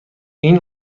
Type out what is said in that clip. این